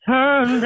Turn